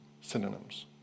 synonyms